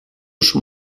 schon